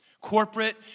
corporate